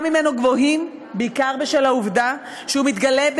ממנו גבוהים בעיקר בשל העובדה שהוא מתגלה,